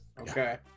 Okay